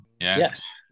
Yes